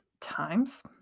times